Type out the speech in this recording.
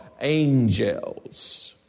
angels